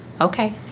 Okay